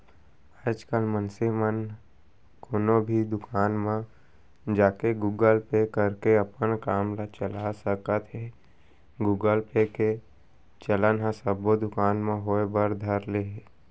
आजकल मनसे मन कोनो भी दुकान म जाके गुगल पे करके अपन काम ल चला सकत हें गुगल पे के चलन ह सब्बो दुकान म होय बर धर ले हे